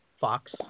fox